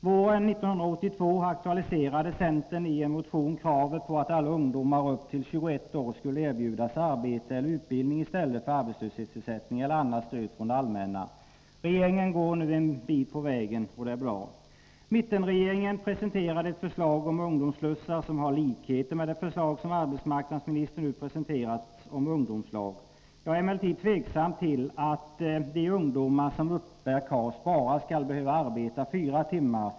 Våren 1982 aktualiserade centern i en motion kravet på att alla ungdomar upp till 21 år skulle erbjudas arbete eller utbildning i stället för arbetslöshetsersättning eller annat stöd från det allmänna. Regeringen har nu tagit ett steg på vägen, och det är bra. Mittenregeringen presenterade ett förslag om ungdomsslussar som har likheter med det förslag om ungdomslag som arbetsmarknadsministern nu presenterat. Jag är emellertid tveksam till att de ungdomar som uppbär KAS bara skall behöva arbeta fyra timmar.